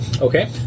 Okay